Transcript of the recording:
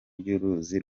y’uruzi